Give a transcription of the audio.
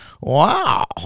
Wow